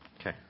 Okay